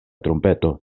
trumpeto